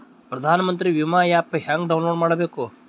ಪ್ರಧಾನಮಂತ್ರಿ ವಿಮಾ ಆ್ಯಪ್ ಹೆಂಗ ಡೌನ್ಲೋಡ್ ಮಾಡಬೇಕು?